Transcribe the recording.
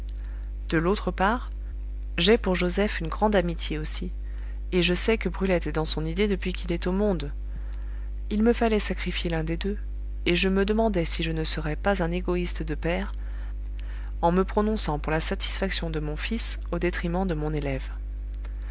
de l'autre part j'ai pour joseph une grande amitié aussi et je sais que brulette est dans son idée depuis qu'il est au monde il me fallait sacrifier l'un des deux et je me demandais si je ne serais pas un égoïste de père en me prononçant pour la satisfaction de mon fils au détriment de mon élève